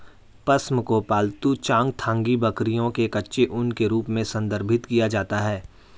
पश्म को पालतू चांगथांगी बकरियों के कच्चे ऊन के रूप में संदर्भित किया जाता है